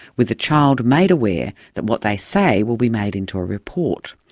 with the child made aware that what they say will be made into a report.